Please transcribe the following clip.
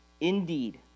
Indeed